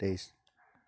তেইছ